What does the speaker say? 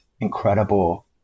incredible